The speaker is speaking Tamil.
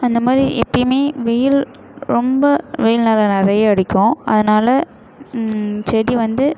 அந்தமாதிரி எப்போயுமே வெயில் ரொம்ப வெயில் நேரம் நிறைய அடிக்கும் அதனால செடி வந்து